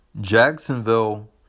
Jacksonville